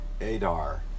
Adar